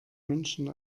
münchen